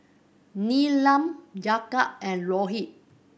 Neelam Jagat and Rohit